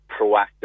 proactive